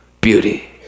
Beauty